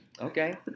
Okay